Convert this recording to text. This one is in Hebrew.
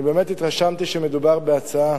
אני באמת התרשמתי שמדובר בהצעה